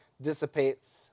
dissipates